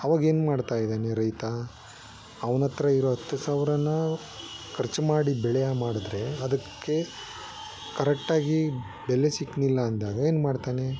ಆವಾಗೇನು ಮಾಡ್ತಾಯಿದ್ದಾನೆ ರೈತ ಅವನತ್ರ ಇರೋ ಹತ್ತು ಸಾವಿರನ ಖರ್ಚು ಮಾಡಿ ಬೆಳೆಯ ಮಾಡಿದ್ರೆ ಅದಕ್ಕೆ ಕರೆಕ್ಟಾಗಿ ಬೆಲೆ ಸಿಕ್ಕಿಲ್ಲ ಅಂದಾಗ ಏನು ಮಾಡ್ತಾನೆ